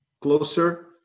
closer